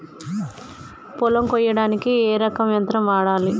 పొలం కొయ్యడానికి ఏ రకం యంత్రం వాడాలి?